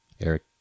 Eric